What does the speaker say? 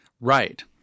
Right